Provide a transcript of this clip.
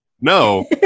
no